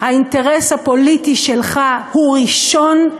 האינטרס הפוליטי שלך הוא ראשון,